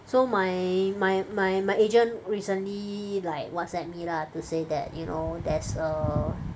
so my my my my agent recently like WhatsApp me lah to say that you know there's err